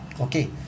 Okay